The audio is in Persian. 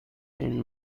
این